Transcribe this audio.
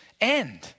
end